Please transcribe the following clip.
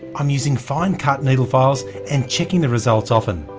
i'm using fine cut needle files, and checking the results often.